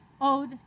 Ode